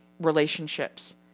relationships